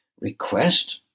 Request